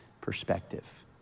perspective